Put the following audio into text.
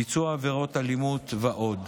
ביצוע עבירות אלימות ועוד.